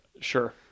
Sure